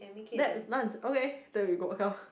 that's lunch okay then we go okay lor